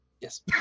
Yes